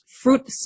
fruit